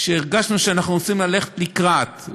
שהרגשנו שאנחנו רוצים ללכת בו לקראת,